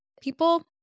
people